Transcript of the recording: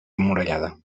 emmurallada